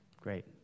Great